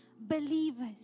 believers